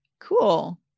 Cool